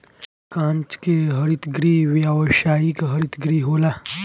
कांच के हरित गृह व्यावसायिक हरित गृह होला